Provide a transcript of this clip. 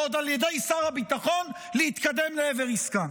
ועוד על ידי שר הביטחון, להתקדם לעבר עסקה.